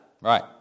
Right